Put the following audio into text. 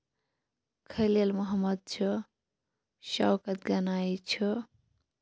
خٔلیٖل محمد چھُ شَوکَت گَنایی چھُ